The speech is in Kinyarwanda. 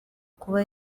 kuba